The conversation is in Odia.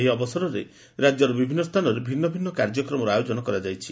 ଏହି ଅବସରରେ ରାଜ୍ୟର ବିଭିନ୍ନ ସ୍ଥାନରେ ଭିନ୍ନ ଭିନ୍ନ କାର୍ଯ୍ୟକ୍ରମର ଆୟୋଜନ କରାଯାଇଛି